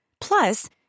Plus